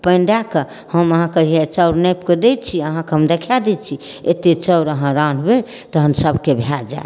पानि दऽ कऽ हम अहाँके हैए चाउर नापिकऽ दै छी अहाँके हम देखा दै छी एतेक चाउर अहाँ रान्हबै तहन सभके भऽ जाएत